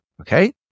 Okay